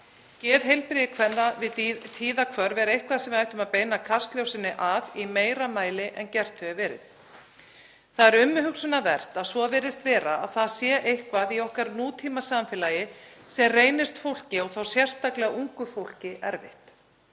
Geðheilbrigði kvenna við tíðahvörf er eitthvað sem við ættum að beina kastljósinu að í meira mæli en gert hefur verið. Það er umhugsunarvert að svo virðist vera að það sé eitthvað í okkar nútímasamfélagi sem reynist fólki, og þá sérstaklega ungu fólki, erfitt.